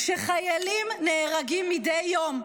כשחיילים נהרגים מדי יום,